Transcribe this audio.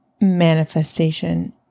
manifestation